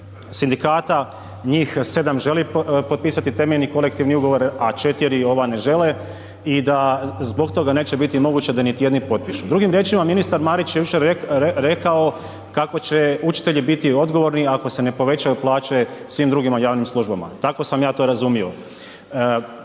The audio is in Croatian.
sindikata, njih 7 želi potpisati temeljni kolektivni ugovor, a 4 ova ne žele i da zbog toga neće biti moguće da niti jedni potpišu. Drugim riječima, ministar Marić je jučer rekao kako će učitelji biti odgovorni ako se ne povećaju plaće svim drugima u javnim službama. Tako sam ja to razumio.